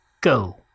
go